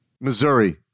Missouri